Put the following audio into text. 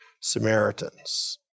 Samaritans